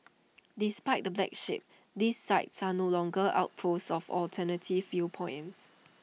despite the black sheep these sites are no longer outposts of alternative viewpoints